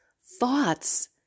thoughts